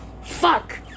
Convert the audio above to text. Fuck